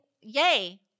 Yay